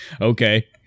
Okay